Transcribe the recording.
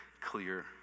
clear